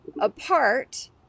apart